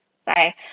Sorry